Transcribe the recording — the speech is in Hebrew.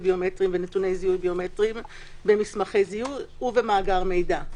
ביומטריים ונתוני זיהוי ביומטריים במסמכי זיהוי ובמאגר מידע.